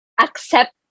accept